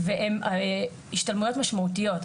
והן השתלמויות משמעותיות,